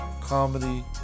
Comedy